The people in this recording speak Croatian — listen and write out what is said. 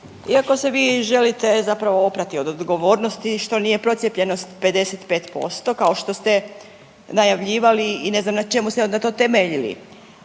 iako se vi želite zapravo oprati od odgovornosti što nije procijepljenost 55% kao što ste najavljivali i ne znam na čemu ste onda to temeljili.